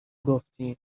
گفتین